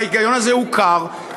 וההיגיון הזה הוא קר,